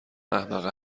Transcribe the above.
احمقه